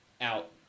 out